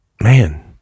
man